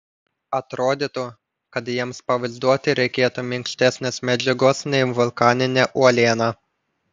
atrodytų kad jiems pavaizduoti reikėtų minkštesnės medžiagos nei vulkaninė uoliena